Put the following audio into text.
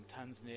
Tanzania